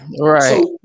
right